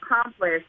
accomplished